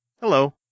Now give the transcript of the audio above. hello